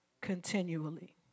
continually